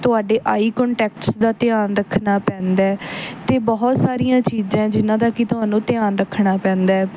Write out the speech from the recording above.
ਤੁਹਾਡੇ eye contacts ਦਾ ਧਿਆਨ ਰੱਖਣਾ ਪੈਂਦਾ ਅਤੇ ਬਹੁਤ ਸਾਰੀਆਂ ਚੀਜ਼ਾਂ ਜਿਹਨਾਂ ਦਾ ਕਿ ਤੁਹਾਨੂੰ ਧਿਆਨ ਰੱਖਣਾ ਪੈਂਦਾ